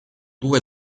due